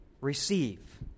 receive